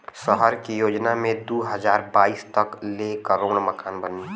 सहर के योजना मे दू हज़ार बाईस तक ले करोड़ मकान बनी